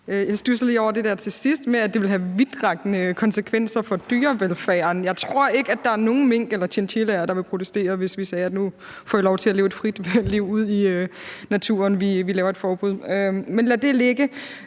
Jeg studsede lige over det, der blev sagt til sidst med, at det ville have vidtrækkende konsekvenser for dyrevelfærden. Jeg tror ikke, at der er nogen mink eller chinchillaer, der ville protestere, hvis vi sagde: Nu får I lov til at leve et frit liv ude i naturen, for vi laver et forbud. Men lad det ligge.